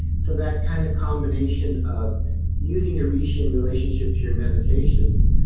so that kind of combination of using a reishi in relationships, your meditations,